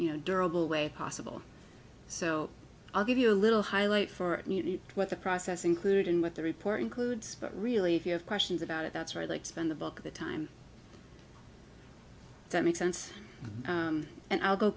you know durable way possible so i'll give you a little highlight for what the process including what the report includes but really if you have questions about it that's where they spend the bulk of the time that makes sense and i'll go